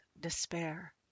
despair